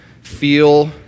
feel